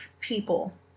people